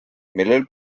millel